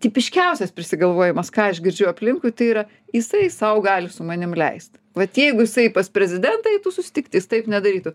tipiškiausias prisigalvojimas ką aš girdžiu aplinkui tai yra jisai sau gali su manim leist vat jeigu jisai pas prezidentą eitų susitikt jis taip nedarytų